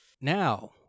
now